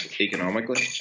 economically